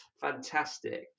Fantastic